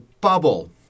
bubble